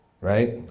right